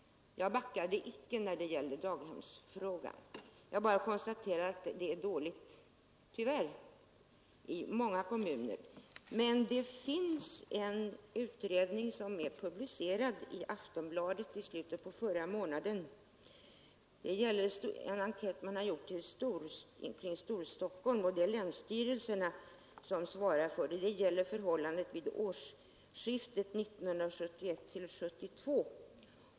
Jag backade icke när det gällde daghemsfrågan. Jag bara konstaterade att det — tyvärr — är dåligt ställt i många kommuner. Men det finns en utredning som Publicerades i Aftonbladet i slutet av förra månaden — en enkät som länsstyrelsen har gjort i kommunerna runt Storstockholm, som gäller förhållandet vid årsskiftet 1971—1972.